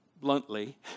bluntly